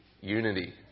unity